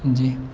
جی